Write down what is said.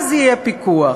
אז יהיה פיקוח,